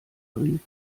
brief